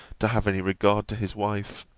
to have any regard to his wife,